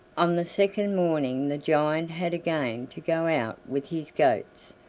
on the second morning the giant had again to go out with his goats,